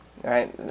right